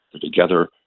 together